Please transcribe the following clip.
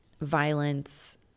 violence